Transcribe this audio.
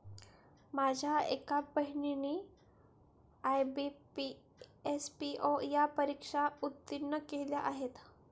माझ्या एका बहिणीने आय.बी.पी, एस.पी.ओ या परीक्षा उत्तीर्ण केल्या आहेत